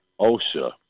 OSHA